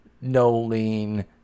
no-lean